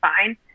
fine